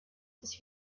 ist